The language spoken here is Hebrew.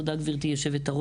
תודה, גבירתי יושבת-הראש.